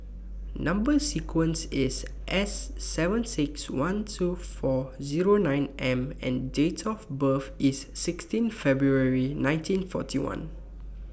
Number sequence IS S seven six one two four Zero nine M and Date of birth IS sixteen February nineteen forty one